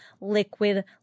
liquid